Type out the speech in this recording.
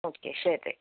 okay ശരി